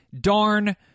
darn